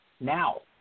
now